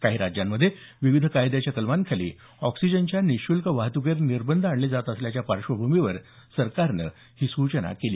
काही राज्यांमध्ये विविध कायद्याच्या कलमांखाली ऑक्सीजनच्या निःशल्क वाहतुकीवर निर्बंध आणले जात असल्याच्या पार्श्वभूमीवर सरकारनं ही सूचना केली